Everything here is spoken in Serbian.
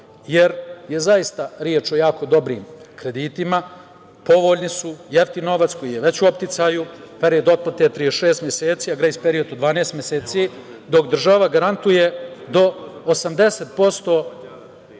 jer je zaista reč o jako dobrim kreditima, povoljni su, jeftin novac koji je već u opticaju, period otplate je 36 meseci, a grejs period od 12 meseci, dok država garantuje do 80%